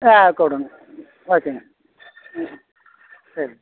ஆ கொடுங்க ஓகேங்க ம் சரிங்க